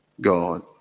God